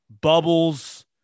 bubbles